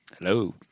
hello